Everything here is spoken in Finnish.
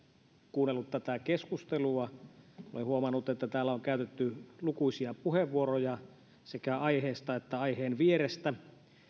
kuunnellut tätä keskustelua olen huomannut että täällä on käytetty lukuisia puheenvuoroja sekä aiheesta että aiheen vierestä